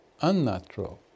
unnatural